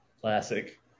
Classic